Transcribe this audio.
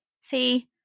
See